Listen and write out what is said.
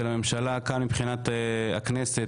של הממשלה כאן מבחינת הכנסת,